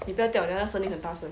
你不要掉等一下那个声音很大声